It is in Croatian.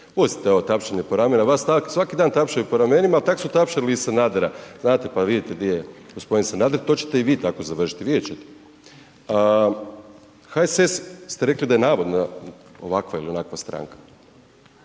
Pustite ovo tapšanje po ramenu, vas svaki dan tapšaju po ramenima, tak su tapšali i Sanadera, znate, pa vidite di je g. Sanader, to ćete i vi tako završiti, vidjet ćete. HSS ste rekli da je navodno ovakva ili onakva stranka.